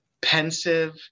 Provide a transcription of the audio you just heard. pensive